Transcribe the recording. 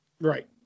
Right